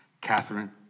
Catherine